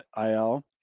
IL